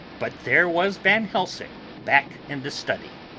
but there was van helsing back in the study.